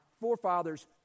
forefathers